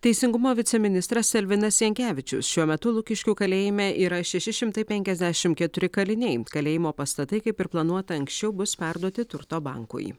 teisingumo viceministras elvinas jankevičius šiuo metu lukiškių kalėjime yra šeši šimtai penkiasdešim keturi kaliniai kalėjimo pastatai kaip ir planuota anksčiau bus perduoti turto bankui